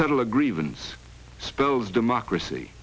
settle a grievance spells democracy